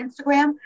Instagram